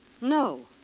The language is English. No